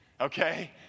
okay